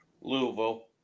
Louisville